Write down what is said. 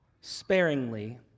sparingly